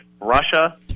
Russia